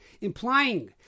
implying